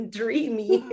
dreamy